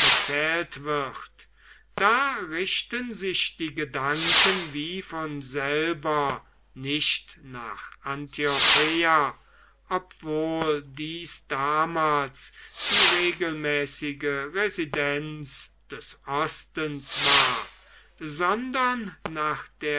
erzählt wird da richten sich die gedanken wie von selber nicht nach antiocheia obwohl dies damals die regelmäßige residenz des ostens war sondern nach der